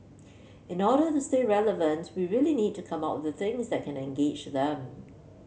in order to stay relevant we really need to come up with things that can engage them